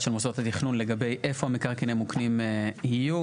של מוסדות התכנון לגבי איפה המקרקעין המוקנים יהיו.